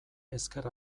ezker